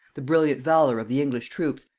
the brilliant valor of the english troops,